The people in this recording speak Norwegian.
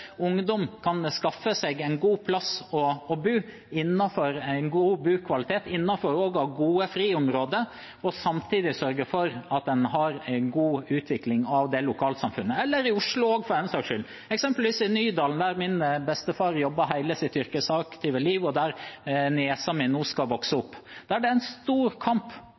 ungdom kan skaffe seg et godt sted å bo og god bokvalitet, innenfor gode friområder, og samtidig sørger for en god utvikling av lokalsamfunnet. Det gjelder Oslo også, for den saks skyld, eksempelvis i Nydalen, der min bestefar jobbet hele sitt yrkesaktive liv, og der niesen min nå skal vokse opp. Der er det en stor kamp